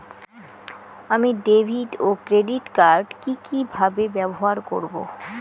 আমি ডেভিড ও credit card কি কিভাবে ব্যবহার করব?